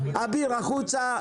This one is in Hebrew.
אביר החוצה,